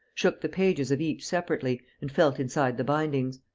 shook the pages of each separately and felt inside the bindings.